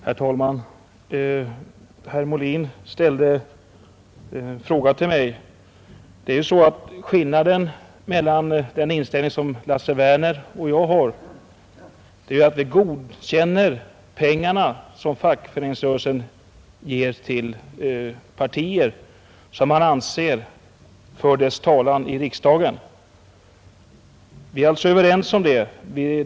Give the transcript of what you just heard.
Herr talman! Herr Molin ställde en fråga till mig. Skillnaden mellan den inställning de borgerliga har och den Lasse Werner och jag har är att vi godkänner pengarna som fackföreningsrörelsen ger till partiet, som man anser för dess talan i riksdagen. Vi är alltså överens om det.